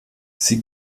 sie